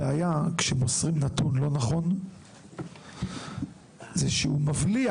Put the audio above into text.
הבעיה כשמוסרים נתון לא נכון היא שהוא מבליע